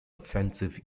offensive